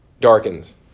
darkens